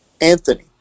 Anthony